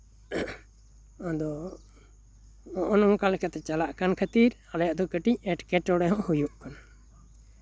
ᱟᱫᱚ ᱦᱚᱜᱼᱚᱭ ᱱᱚᱝᱠᱟᱛᱮ ᱪᱟᱞᱟᱜ ᱠᱟᱱ ᱠᱷᱟᱹᱛᱤᱨ ᱟᱞᱮᱭᱟᱜ ᱫᱚ ᱠᱟᱹᱴᱤᱪ ᱮᱴᱠᱮᱴᱚᱬᱮ ᱦᱚᱸ ᱦᱩᱭᱩᱜ ᱠᱟᱱᱟ